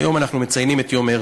היום אנחנו מציינים את יום הרצל.